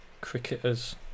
cricketer's